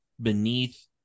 beneath